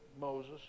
Moses